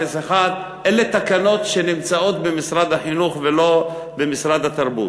03. אלה תקנות שנמצאות במשרד החינוך ולא במשרד התרבות.